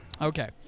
Okay